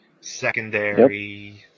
secondary